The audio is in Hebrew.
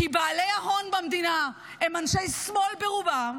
כי בעלי ההון במדינה הם אנשי שמאל ברובם,